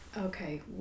okay